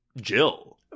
Jill